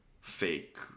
fake